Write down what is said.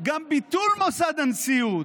גם ביטול מוסד הנשיאות,